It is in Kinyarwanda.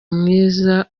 mwiza